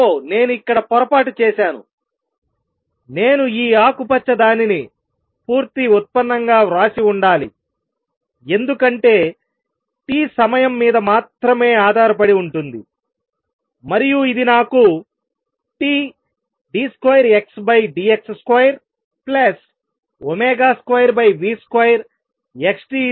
ఓ నేను ఇక్కడ పొరపాటు చేసాను నేను ఈ ఆకుపచ్చ దానిని పూర్తి ఉత్పన్నంగా వ్రాసి ఉండాలి ఎందుకంటే t సమయం మీద మాత్రమే ఆధారపడి ఉంటుంది మరియు ఇది నాకు Td2Xdx22v2XT0 ఇస్తుంది